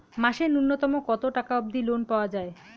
মাসে নূন্যতম কতো টাকা অব্দি লোন পাওয়া যায়?